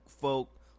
folk